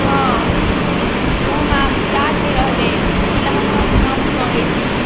हँ ओ हमरा याद नहि रहलै ईलए हम अहाँसँ माफी माँगै छी